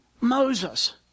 Moses